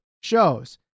shows